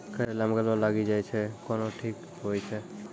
करेला मे गलवा लागी जे छ कैनो ठीक हुई छै?